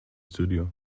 studio